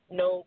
no